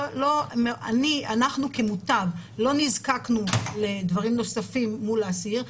אנחנו כמותב לא נזקקנו לדברים נוספים מול האסיר.